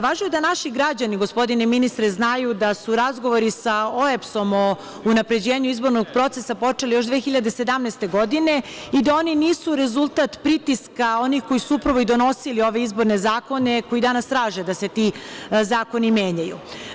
Važno je da naši građani, gospodine ministre, znaju da su razgovori sa OEBS-om o unapređenju izbornog procesa počeli još 2017. godine i da oni nisu rezultat pritiska onih koji su upravo i donosili ove izborne zakone, a koji danas traže da se ti zakoni menjaju.